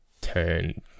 turn